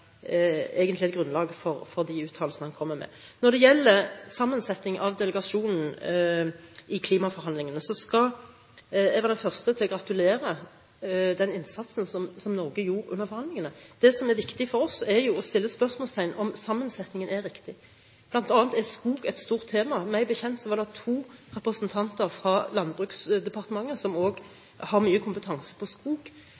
egentlig har et grunnlag for de uttalelsene han kommer med. Når det gjelder sammensetning av delegasjonen i klimaforhandlingene, skal jeg være den første til å gratulere med den innsatsen som Norge gjorde under forhandlingene. Det som er viktig for oss, er å stille spørsmål ved om sammensetningen er riktig. Blant annet er skog et stort tema. Meg bekjent var det to representanter fra Landbruksdepartementet, som